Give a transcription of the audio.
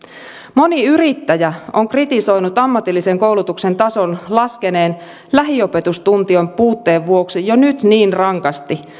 moni yrittäjä on kritisoinut ammatillisen koulutuksen tason laskeneen lähiopetustuntien puutteen vuoksi jo nyt niin rankasti